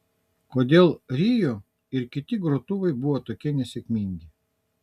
kodėl rio ir kiti grotuvai buvo tokie nesėkmingi